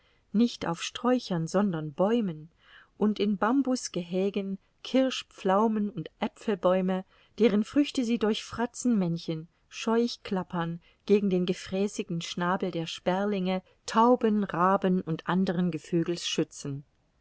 nicht auf sträuchern sondern bäumen und in bambusgehägen kirsch pflaumen und aepfelbäume deren früchte sie durch fratzenmännchen scheuchklappern gegen den gefräßigen schnabel der sperlinge tauben raben und anderen gevögels schützen